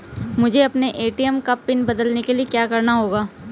मुझे अपने ए.टी.एम का पिन बदलने के लिए क्या करना होगा?